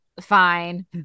Fine